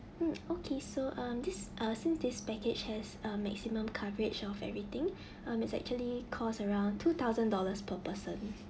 mm okay so um this uh since this package has a maximum coverage of everything um it's actually cost around two thousand dollars per person